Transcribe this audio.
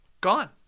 gone